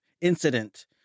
incident